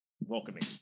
welcoming